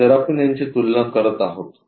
जर आपण यांची तुलना करत आहोत